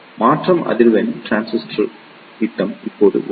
எனவே மாற்றம் அதிர்வெண் டிரான்சிஸ்டர் ஈட்டம் இப்போது 1